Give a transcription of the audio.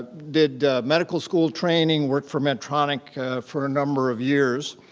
did medical school training, worked for med tronic for a number of years.